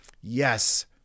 yes